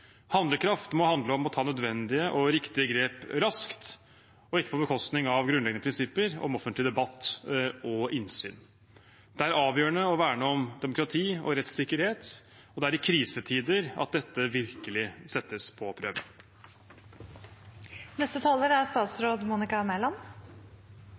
Handlekraft må handle om å ta nødvendige og riktige grep raskt og ikke på bekostning av grunnleggende prinsipper om offentlig debatt og innsyn. Det er avgjørende å verne om demokrati og rettssikkerhet, og det er i krisetider at dette virkelig settes på